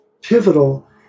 pivotal